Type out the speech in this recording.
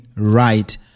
right